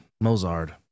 Mozart